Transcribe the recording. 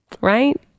Right